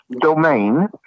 domain